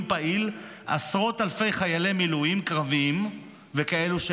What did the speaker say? פעיל עשרות אלפי חיילי מילואים קרביים ושאינם,